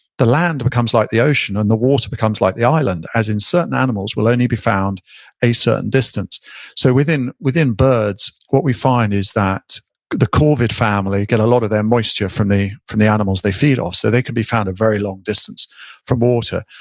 the land becomes like the ocean and the water becomes like the island, as in certain animals will only be found a certain distance so within within birds, what we find is that the corvid family get a lot of their moisture from the from the animals they feed off, so they can be found a very long distance from water.